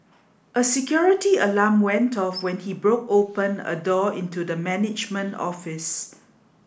a security alarm went off when he broke open a door into the management office